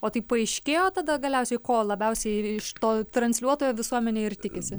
o tai paaiškėjo tada galiausiai ko labiausiai iš to transliuotojo visuomenė ir tikisi